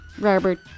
Robert